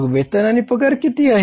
मग वेतन आणि पगार किती आहे